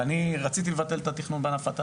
רציתי לבטל את התכנון בענף ההטלה,